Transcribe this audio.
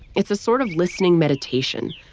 it's a sort of listening meditation,